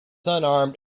unarmed